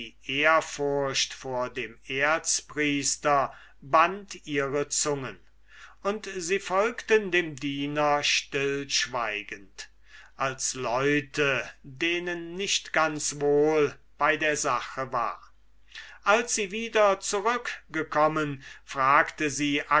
ehrfurcht vor dem erzpriester band ihre zungen und sie folgten dem diener stillschweigend und als leute denen nicht ganz wohl bei der sache war als sie wieder zurückgekommen fragte sie